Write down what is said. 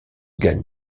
gagne